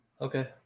Okay